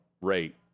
rate